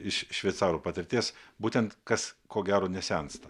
iš šveicarų patirties būtent kas ko gero nesensta